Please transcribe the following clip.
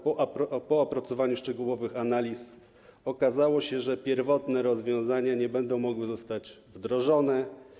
Po opracowaniu szczegółowych analiz okazało się, że pierwotne rozwiązania nie będą mogły zostać wdrożone.